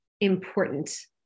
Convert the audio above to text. important